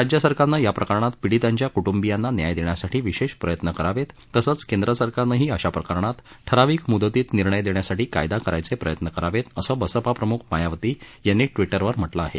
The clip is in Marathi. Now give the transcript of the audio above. राज्यसरकारनं याप्रकरणात पीडितांच्या कुटुंबियांना न्याय देण्यासाठी विशेष प्रयत्न करावेत तसंच केंद्र सरकारनंही अशा प्रकरणात ठराविक मुदतीत निर्णय देण्यासाठी कायदा करण्याचे प्रयत्न करावेत असं बसपा प्रमुख मायावती यांनी ट्विटरवर म्हटलं आहे